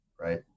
right